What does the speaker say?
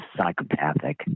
psychopathic